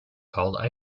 called